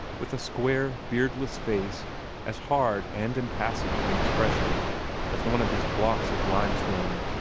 with a square, beardless face as hard and impassive in expression as one of his blocks of limestone.